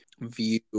View